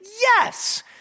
yes